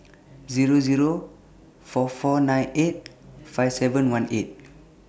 Zero Zero four four nine eight five seven one eight